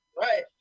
Right